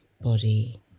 body